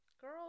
Girl